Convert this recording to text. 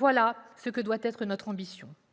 telle doit être notre ambition.